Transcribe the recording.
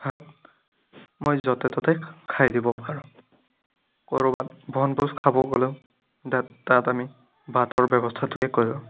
ভাত মই য'তে ত'তে খাই দিব পাৰোঁ ক'ৰবাত বনভোজ খাব গ'লেও দাত তাত আমি ভাতৰ ব্যৱস্থাটোৱে কৰোঁ